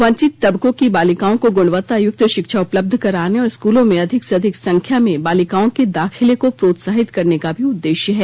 वंचित तबकों की बालिकाओं को गुणवत्ता युक्त शिक्षा उपलब्ध कराने और स्कूलों में अधिक से अधिक संख्या में बालिकाओं के दाखिले को प्रोत्साहित करने का भी उद्देश्य है